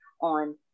on